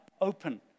open